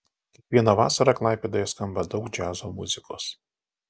kiekvieną vasarą klaipėdoje skamba daug džiazo muzikos